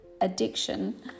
addiction